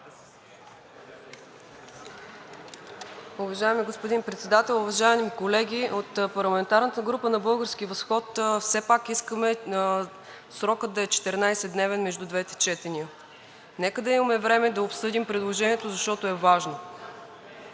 Уважаеми господин Председател, уважаеми колеги! От парламентарната група на „Български възход“ все пак искаме срокът да е 14-дневен между двете четения. Нека да имаме време да обсъдим предложението, защото е важно.